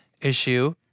issue